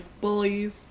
bullies